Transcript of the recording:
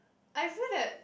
I feel that